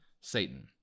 Satan